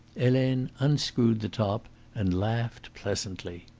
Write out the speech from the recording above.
helene unscrewed the top and laughed pleasantly.